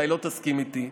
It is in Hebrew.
אולי לא תסכים איתי,